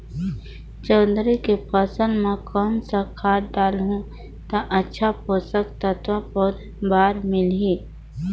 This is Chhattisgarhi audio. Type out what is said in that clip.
जोंदरी के फसल मां कोन सा खाद डालहु ता अच्छा पोषक तत्व पौध बार मिलही?